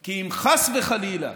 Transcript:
כי אם חס וחלילה